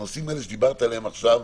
הנושאים האלה שדיברת עליהם עכשיו,